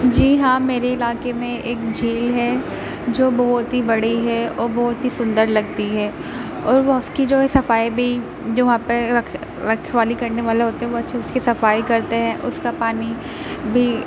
جی ہاں میرے علاقے میں ایک جھیل ہے جو بہت ہی بڑی ہے اور بہت ہی سندر لگتی ہے اور وہ اس کی جو ہے صفائی بھی جو وہاں پہ رکھوالی کرنے والے ہوتے ہیں وہ اچھے اس کی صفائی کرتے ہیں اس کا پانی بھی